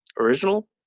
original